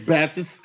Batches